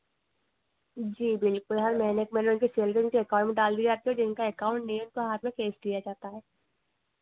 जी बिल्कुल हर महीने के महीने उनकी सैलरी उनके अकाउंट में डाल दी जाती है जिनका अकाउंट नहीं है उनको हाथ में कैश दिया जाता है